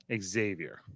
Xavier